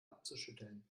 abzuschütteln